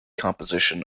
composition